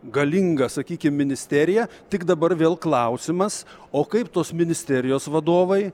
galingą sakykim ministeriją tik dabar vėl klausimas o kaip tos ministerijos vadovai